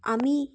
আমি